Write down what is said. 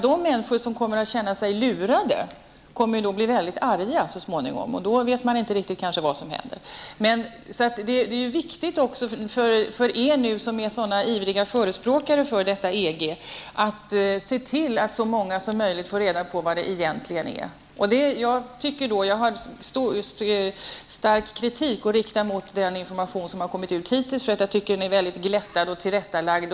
De människor som sedan känner sig lurade blir ju mycket arga och då vet man kanske inte riktigt vad som händer. För er som är ivriga förespråkare för EG är det viktigt att se till att så många som möjligt får veta vad det egentligen handlar om. Jag riktar stark kritik mot den information som hittills har kommit, eftersom jag anser att den är mycket glättad och tillrättalagd.